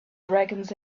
dragons